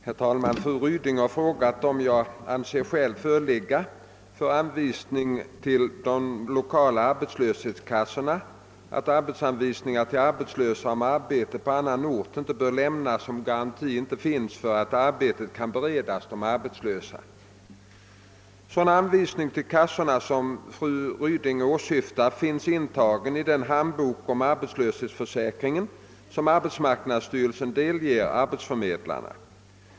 Herr talman! Fru Ryding har frågat om jag anser skäl föreligga för anvisning till de lokala arbetslöshetskassorna att arbetsanvisningar till arbetslösa om arbete på annan ort inte bör lämnas, om garanti ej finns för att arbete kan beredas de arbetslösa. Sådan anvisning till kassorna som fru Ryding åsyftar finns intagen i den handbok om arbetslöshetsförsäkringen som arbetsmarknadsstyrelsen delger arbetsförmedlarna.